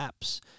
apps